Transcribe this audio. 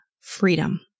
freedom